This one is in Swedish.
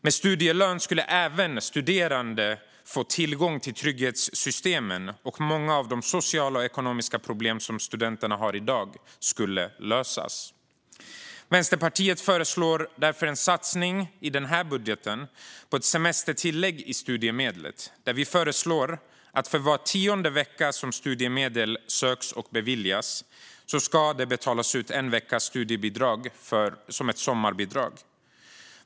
Med studielön skulle även studerande få tillgång till trygghetssystemen, och många av de sociala och ekonomiska problem som studenter har i dag skulle lösas. Vänsterpartiet föreslår därför en satsning i denna budget på ett semestertillägg i studiemedlet. Vi föreslår att för var tionde vecka av studiemedel som söks och beviljas ska det betalas ut en veckas studiebidrag som ett sommarbidrag.